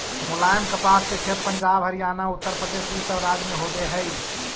मुलायम कपास के खेत पंजाब, हरियाणा, उत्तरप्रदेश इ सब राज्य में होवे हई